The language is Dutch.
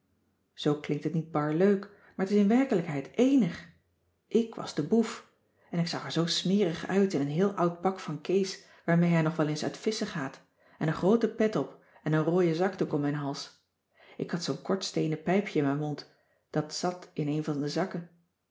zoo klinkt het niet bar leuk maar t is in werkelijkheid eenig ik was de boef en ik zag er zoo smerig uit in een heel oud pak van kees waarmee hij nog wel eens uit visschen gaat en een grooten pet op en een rooien zakdoek om mijn hals ik had zoo'n kort steenen pijpje in mijn mond dat zat in een van de zakken